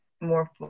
more